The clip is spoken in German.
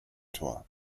tor